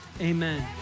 amen